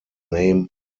name